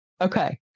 okay